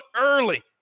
early